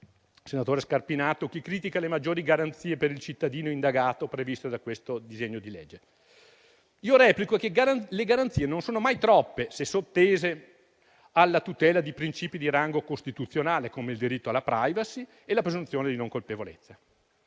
senatore Scarpinato, chi critica le maggiori garanzie per il cittadino indagato previste da questo disegno di legge. Io replico che le garanzie non sono mai troppe, se sottese alla tutela di principi di rango costituzionale, come il diritto alla *privacy* e la presunzione di non colpevolezza.